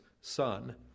son